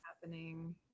happening